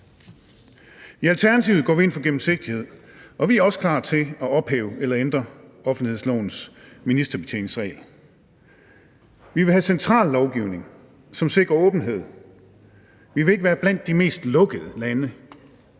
I Alternativet går vi ind for gennemsigtighed, og vi er også klar til at ophæve eller ændre offentlighedslovens ministerbetjeningsregel. Vi vil have central lovgivning, som sikrer åbenhed; vi vil ikke være blandt de mest lukkede lande;